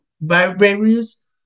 various